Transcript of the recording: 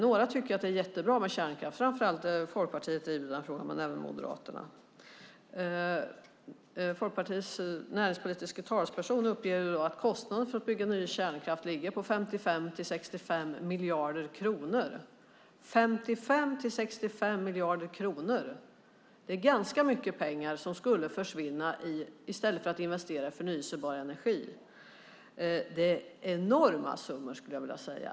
Några tycker att det är jättebra med kärnkraft. Framför allt Folkpartiet driver den frågan men även Moderaterna. Folkpartiets näringspolitiska talesperson uppger att kostnaden för att bygga ny kärnkraft ligger på 55-65 miljarder kronor. Det är ganska mycket pengar som skulle försvinna i stället för att man investerar i förnybar energi. Det är enorma summor, skulle jag vilja säga.